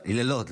לילות,